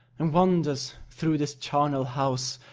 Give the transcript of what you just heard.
and wanders through this charnel house,